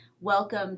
Welcome